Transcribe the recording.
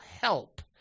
help